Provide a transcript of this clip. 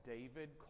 David